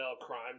crime